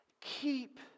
Keep